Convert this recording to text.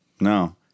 no